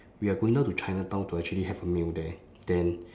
we are going down to chinatown to actually have a meal there then